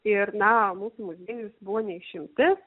ir na mūsų muziejus buvo ne išimtis